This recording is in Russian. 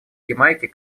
ямайки